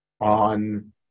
on